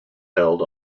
held